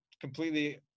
completely